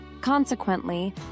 Consequently